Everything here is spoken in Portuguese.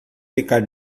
ficar